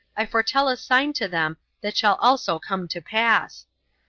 i foretell a sign to them that shall also come to pass.